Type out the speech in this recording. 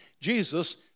Jesus